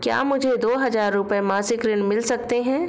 क्या मुझे दो हज़ार रुपये मासिक ऋण मिल सकता है?